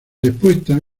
respuesta